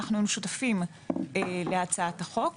אנו שותפים להצעת החוק.